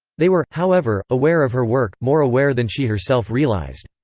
they were, however, aware of her work, more aware than she herself realized.